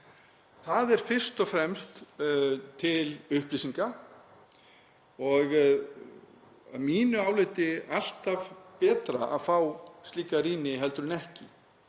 Það er fyrst og fremst til upplýsinga og að mínu áliti alltaf betra að fá slíka rýni heldur en ekki.